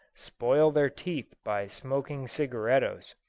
spoil their teeth by smoking cigarettos.